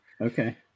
Okay